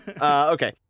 Okay